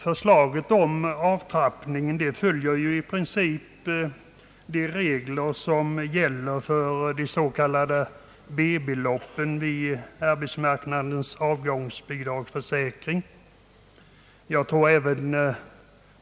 Förslaget om avtrappningen följer i princip de regler som gäller för de s.k. B-beloppen i arbetsmarknadens <avgångsbidragsförsäkring.